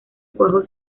cuajo